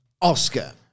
Oscar